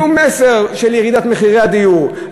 שום מסר של ירידת מחירי הדיור.